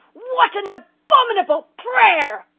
what an abominable prayer!